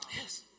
Yes